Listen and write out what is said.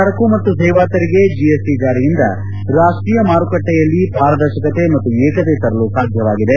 ಸರಕು ಮತ್ತು ಸೇವಾ ತೆರಿಗೆ ಜಿಎಸ್ಟಿ ಜಾರಿಯಿಂದ ರಾಷ್ಷೀಯ ಮಾರುಕಟ್ಟೆಯಲ್ಲಿ ಪಾರದರ್ಶಕತೆ ಮತ್ತು ಏಕತೆ ತರಲು ಸಾಧ್ಯವಾಗಿದೆ